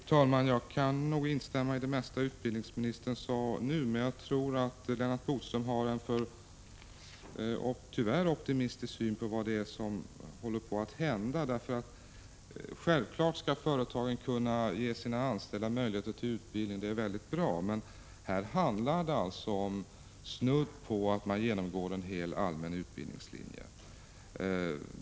Fru talman! Jag kan nog instämma i det mesta av vad utbildningsministern sade senast, men jag tror att Lennart Bodström tyvärr har en alltför optimistisk syn på vad som håller på att hända. Självfallet skall företagen kunna ge sina anställda utbildning, men här handlar det alltså om att vederbörande får gå igenom nästan en hel allmän utbildningslinje.